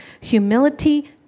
humility